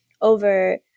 over